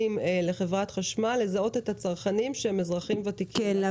לחברת חשמל את הצרכנים שהם אזרחים ותיקים.